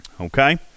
Okay